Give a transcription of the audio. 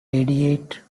radiate